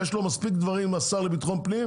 יש לו מספיק דברים השר לביטחון פנים,